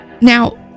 now